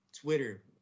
Twitter